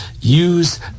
use